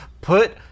Put